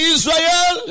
Israel